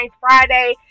Friday